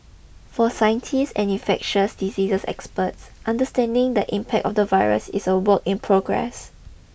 for scientists and infectious diseases experts understanding the impact of the virus is a work in progress